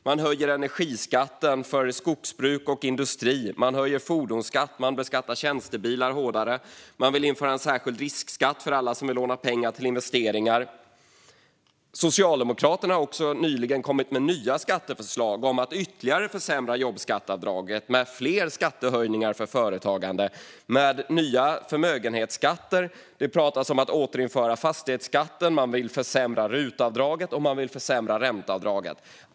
Man höjer energiskatten för skogsbruk och industri, man höjer fordonsskatt och man beskattar tjänstebilar hårdare. Man vill införa en särskild riskskatt för alla som vill låna pengar till investeringar. Socialdemokraterna har nyligen lagt fram nya skatteförslag om att ytterligare försämra jobbskatteavdraget, med fler skattehöjningar för företagande och nya förmögenhetsskatter. Det pratas om att återinföra fastighetsskatten, försämra rutavdraget och försämra ränteavdraget.